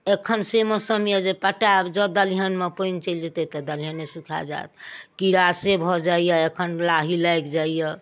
एखन से मौसम यऽ जे पटायब जॅं दलिहनमे पानि चलि जेतै तऽ दलिहने सुखा जायत कीड़ा से भऽ जाइया एखन से लाही लागि जाइया